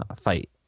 fight